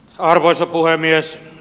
arvoisa puhemies